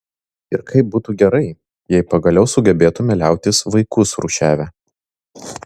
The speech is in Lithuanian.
ir kaip būtų gerai jei pagaliau sugebėtume liautis vaikus rūšiavę